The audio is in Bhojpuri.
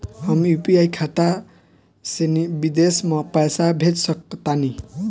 हम यू.पी.आई खाता से विदेश म पइसा भेज सक तानि?